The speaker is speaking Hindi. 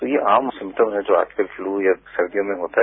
तो ये आम सिम्टम है जो आजकल फ्लू या सर्दियों में होता है